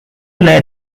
led